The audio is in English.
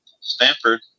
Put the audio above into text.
Stanford